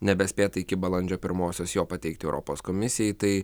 nebespėta iki balandžio pirmosios jo pateikti europos komisijai tai